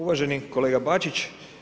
Uvaženi kolega Bačić.